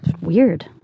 weird